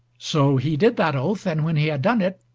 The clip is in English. so he did that oath, and when he had done it,